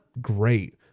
great